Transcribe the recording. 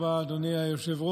תודה רבה, אדוני היושב-ראש.